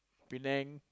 Penang